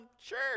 Sure